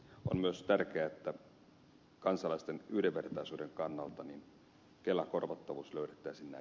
on myös tärkeää että kansalaisten yhdenvertaisuuden kannalta kelakorvattavuus löydettäisiinä